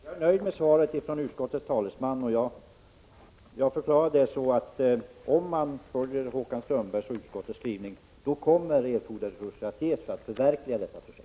Herr talman! Jag är nöjd med svaret från utskottets talesman. Jag tolkar det så, att om Håkan Strömbergs och utskottets skrivning bifalls, kommer de resurser som erfordras för att förverkliga projektet att ges.